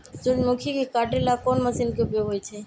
सूर्यमुखी के काटे ला कोंन मशीन के उपयोग होई छइ?